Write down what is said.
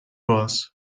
was